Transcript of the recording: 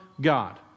God